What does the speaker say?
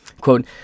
Quote